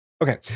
Okay